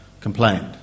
complained